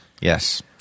Yes